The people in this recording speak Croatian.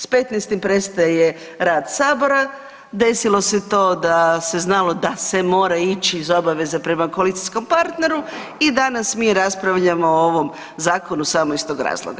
S 15.-tim prestaje rad sabora, desilo se to da se znalo da se mora ići iz obaveze prema koalicijskom partneru i danas mi raspravljamo o ovom zakonu samo iz tog razloga.